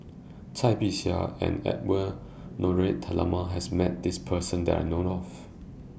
Cai Bixia and Edwy Lyonet Talma has Met This Person that I know of